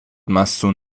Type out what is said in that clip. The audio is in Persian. مصون